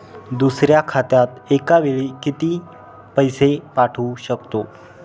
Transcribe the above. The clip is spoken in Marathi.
दुसऱ्या खात्यात एका वेळी किती पैसे पाठवू शकतो?